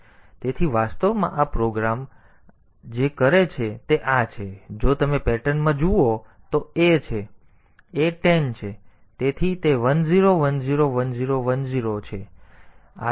તેથી વાસ્તવમાં આ પ્રોગ્રામ તેથી આ પ્રોગ્રામ જે કરે છે તે આ છે તેથી જો તમે પેટર્નમાં જુઓ તો a છે તેથી a 10 છે તેથી તે 10101010 છે